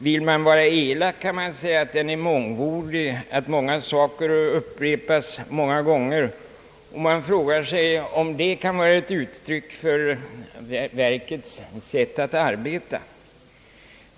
Vill man vara elak kan man säga att den är mångordig, att många saker upprepas många gånger. Man frågar sig om det kan vara ett uttryck för verkets sätt att arbeta.